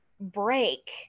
break